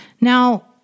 Now